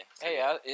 hey